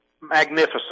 magnificent